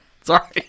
Sorry